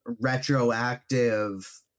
retroactive